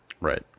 Right